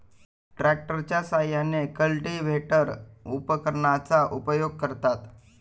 ट्रॅक्टरच्या साहाय्याने कल्टिव्हेटर उपकरणाचा उपयोग करतात